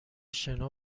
شنا